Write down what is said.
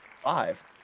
Five